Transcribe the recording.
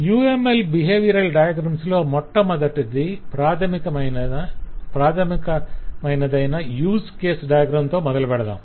UML behavioural డయాగ్రంలలో మొట్టమొదటిది ప్రాధమికమైనదైన యూస్ కేస్ డయాగ్రంతో మొదలుపెడదాం